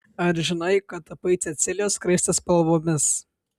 ar žinai kad tapai cecilijos skraistės spalvomis